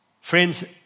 Friends